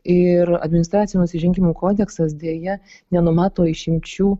ir administracinių nusižengimų kodeksas deja nenumato išimčių